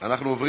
אנחנו עוברים